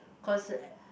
cause